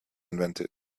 invented